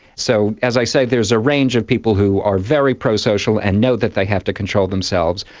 so as i said there is a range of people who are very pro-social and know that they have to control themselves,